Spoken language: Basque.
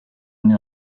une